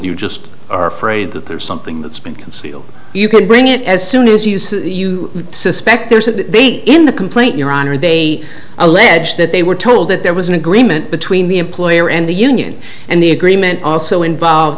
you just are afraid that there's something that's been concealed you could bring it as soon as you say you suspect there's that in the complaint your honor they allege that they were told that there was an agreement between the employer and the union and the agreement also involved